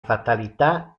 fatalità